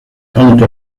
aunque